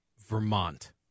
Vermont